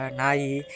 nai